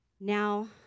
Now